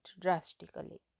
drastically